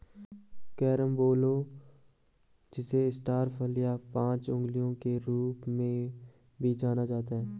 carambola जिसे star फल या पांच अंगुलियों के रूप में भी जाना जाता है